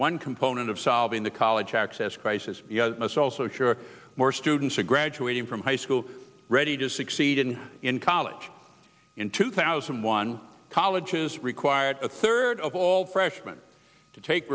one component of solving the college access crisis is also sure more students are graduating from high school ready to succeed and in college in two thousand and one colleges required a third of all freshman to take